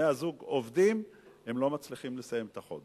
הם אפילו במצב ששני בני-הזוג עובדים והם לא מצליחים לסיים את החודש.